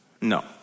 No